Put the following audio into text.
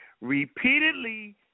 Repeatedly